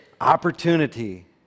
opportunity